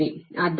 ಆದ್ದರಿಂದ ಇದು 10